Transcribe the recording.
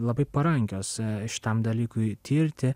labai parankios šitam dalykui tirti